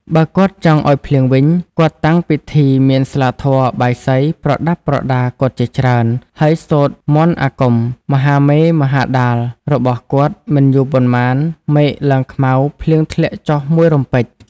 បើគាត់ចង់ឲ្យភ្លៀងវិញ គាត់តាំងពិធីមានស្លាធម៌ បាយសី ប្រដាប់ប្រដាគាត់ជាច្រើន ហើយសូត្រមន្តអាគម (មហាមេមហាដាល)របស់គាត់ មិនយូរប៉ុន្មានមេឃឡើងខ្មៅ ភ្លៀងធ្លាក់ចុះមួយរំពេច។